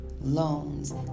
loans